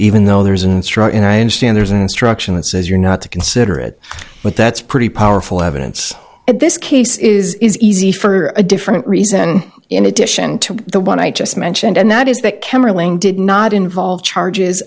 even though there's an instruction i understand there's an instruction that says you're not to consider it but that's pretty powerful evidence at this case is easy for a different reason in addition to the one i just mentioned and that is that carolyn did not involve charges